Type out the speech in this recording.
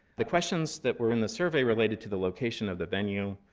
the questions that were in the survey related to the location of the venue,